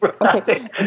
Okay